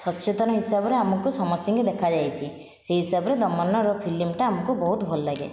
ସଚେତନ ହିସାବରେ ଆମକୁ ସମସ୍ତଙ୍କୁ ଦେଖାଯାଇଛି ସେହି ହିସାବରେ ଦମନର ଫିଲ୍ମଟା ଆମକୁ ବହୁତ ଭଲ ଲାଗେ